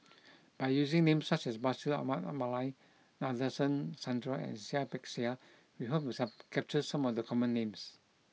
by using names such as Bashir Ahmad Mallal Nadasen Chandra and Seah Peck Seah we hope to capture some of the common names